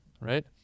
right